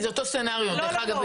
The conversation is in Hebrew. זה אותו סצנריו דרך אגב,